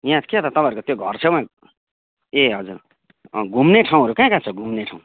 यहाँ क्या हो त तपाईँहरूको घरछेउमा ए हजुर घुम्ने ठाउँहरू कहाँ कहाँ छ घुम्ने ठाउँ